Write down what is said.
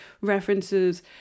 references